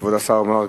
כבוד השר מרגי,